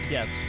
Yes